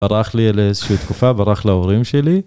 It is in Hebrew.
ברח לי לאיזושהי תקופה, ברח להורים שלי